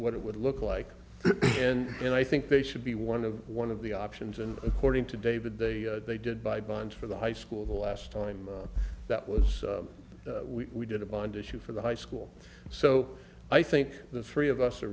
what it would look like and i think they should be one of one of the options and according to david they they did buy bonds for the high school the last time that was we did a bond issue for the high school so i think the three of us are